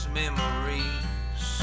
memories